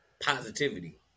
positivity